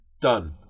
Done